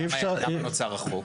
למה נוצר החוק?